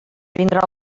vindrà